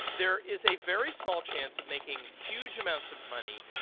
there is a very small chance of making huge amounts of money.